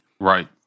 Right